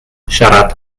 siarad